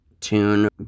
tune